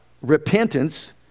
Repentance